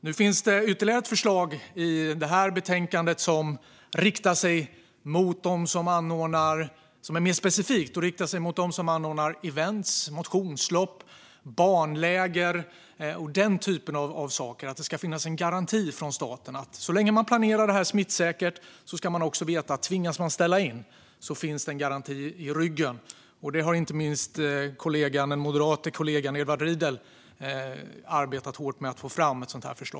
Det finns nu ytterligare ett förslag i betänkandet som är mer specifikt och är riktat till dem som anordnar event, motionslopp, barnläger och liknande. Det ska finnas en garanti från staten som innebär att så länge man planerar det här på ett smittsäkert sätt finns en garanti i ryggen om man tvingas ställa in. Detta förslag har inte minst min kollega moderaten Edward Riedl arbetat hårt med att få fram.